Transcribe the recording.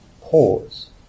pause